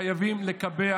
חייבים לקבע.